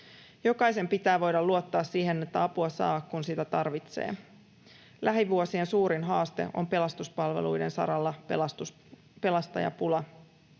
Jokaisen pitää voida luottaa siihen, että apua saa, kun sitä tarvitsee. Lähivuosien suurin haaste on pelastuspalveluiden saralla pelastajapula.